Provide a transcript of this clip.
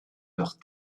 leurs